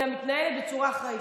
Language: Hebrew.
אלא מתנהלת בצורה אחראית.